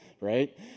right